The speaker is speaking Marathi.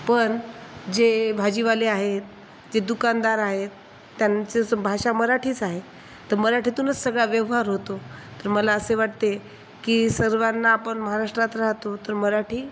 पण जे भाजीवाले आहेत जे दुकानदार आहेत त्यांच असं भाषा मराठीच आहे तर मराठीतूनच सगळा व्यवहार होतो तर मला असे वाटते की सर्वांना आपण महाराष्ट्रात राहतो तर मराठी